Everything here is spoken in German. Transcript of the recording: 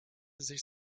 sich